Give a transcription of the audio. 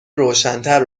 روشنتر